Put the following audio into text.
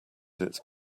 its